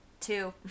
Two